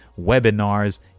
webinars